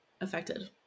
affected